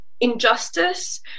injustice